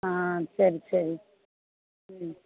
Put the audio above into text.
ஆ சரி சரி ம்